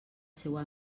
seua